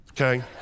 okay